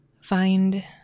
find